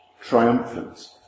triumphant